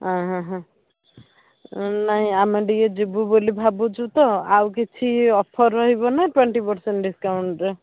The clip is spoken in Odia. ଅଁ ହଁ ହଁ ହଁ ନାଇଁ ଆମେ ଟିକିଏ ଯିବୁ ବୋଲି ଭାବୁଛୁ ତ ଆଉ କିଛି ଅଫର୍ ରହିବ ନାଁ ଟ୍ୱେଣ୍ଟି ପର୍ସେଣ୍ଟ୍ ଡିସକାଉଣ୍ଟ୍ରେ